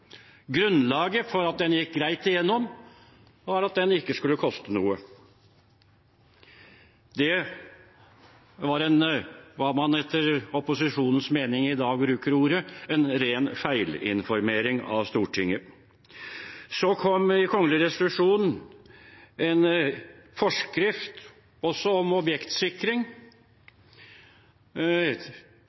Grunnlaget for at den gikk greit igjennom, var at den ikke skulle koste noe. Det var, med opposisjonens ordbruk i dag, en ren feilinformering av Stortinget. Så kom i kongelig resolusjon en forskrift om objektsikring